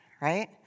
right